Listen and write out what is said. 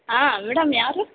ಆಂ madam ಯಾರು